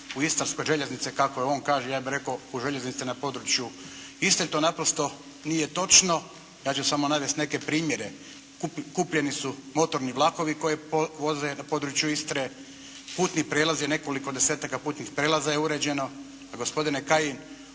u istarske željeznice kako on kaže, ja bih rekao u željeznice na području Istre. To naprosto nije točno. Ja ću samo navesti neke primjere. Kupljeni su motorni vlakovi koji voze na području Istre, puni prijelazi, nekoliko desetaka putnih prijelaza je uređeno. Gospodine Kajin